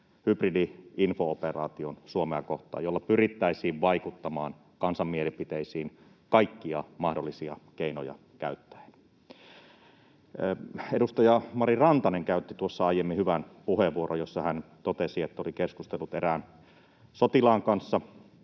hybridi-info-operaation Suomea kohtaa, jolla pyrittäisiin vaikuttamaan kansan mielipiteisiin kaikkia mahdollisia keinoja käyttäen. Edustaja Mari Rantanen käytti tuossa aiemmin hyvän puheenvuoron, jossa hän totesi, että oli keskustellut erään sotilaan kanssa,